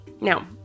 Now